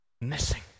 Missing